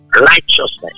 righteousness